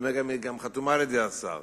והיא גם חתומה על-ידי השר: